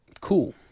Cool